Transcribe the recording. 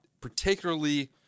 particularly